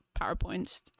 PowerPoints